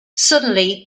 suddenly